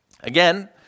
Again